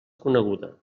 coneguda